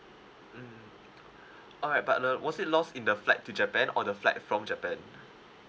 mmhmm alright but uh was it lost in the flight to japan or the flight from japan